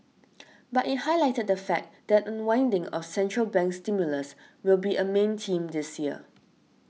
but it highlighted the fact that unwinding of central bank stimulus will be a main theme this year